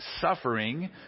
suffering